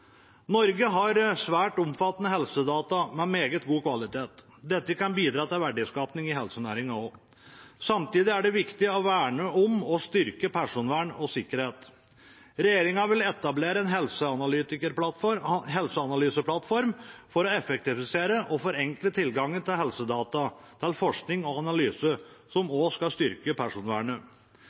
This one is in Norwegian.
Norge har svært omfattende helsedata med meget god kvalitet, og dette kan også bidra til verdiskaping i helsenæringen. Samtidig er det viktig å verne om og styrke personvern og sikkerhet. Regjeringen vil etablere en helseanalyseplattform for å effektivisere og forenkle tilgangen til helsedata til forskning og analyse, som også skal styrke personvernet.